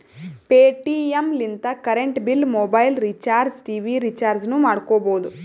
Paytm ಲಿಂತ current bill, mobile recharge, TV ರಿಚಾರ್ಜನೂ ಮಾಡ್ಕೋಬೋದು